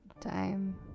time